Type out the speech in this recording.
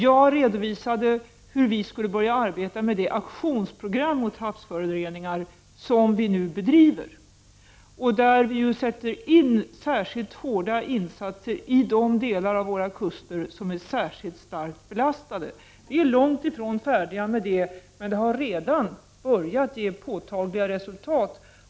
Jag redovisade hur vi skulle börja arbeta med det aktionsprogram mot havsföroreningar som vi nu har och där vi sätter in särskilt hårda insatser i de delar av våra kuster som är starkast belastade. Vi är långt ifrån färdiga med det, men det har redan börjat ge påtagliga resultat.